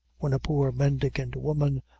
when a poor mendicant woman,